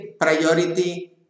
priority